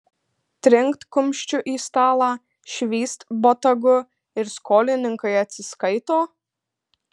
trinkt kumščiu į stalą švyst botagu ir skolininkai atsiskaito